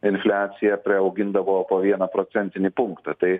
infliacija priaugindavo po vieną procentinį punktą tai